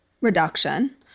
reduction